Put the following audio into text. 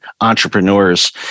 entrepreneurs